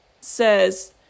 says